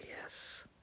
yes